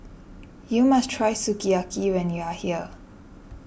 you must try Sukiyaki when you are here